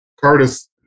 Curtis